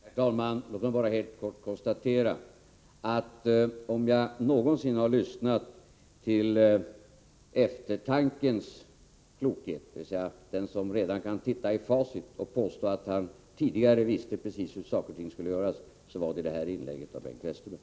Herr talman! Låt mig bara helt kort konstatera att om jag någonsin har lyssnat till någon som gett uttryck åt eftertankens klokhet, alltså till en person som kan titta i facit och som påstår att han redan tidigare visste precis hur saker och ting skulle göras, så var det i det här inlägget av Bengt Westerberg.